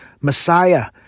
Messiah